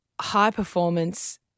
high-performance